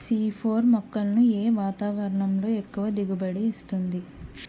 C four మొక్కలను ఏ వాతావరణంలో ఎక్కువ దిగుబడి ఇస్తుంది?